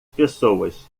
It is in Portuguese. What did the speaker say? pessoas